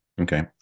Okay